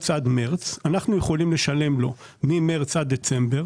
עד מרץ אנחנו יכולים לשלם לו ממרץ עד דצמבר,